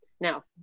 Now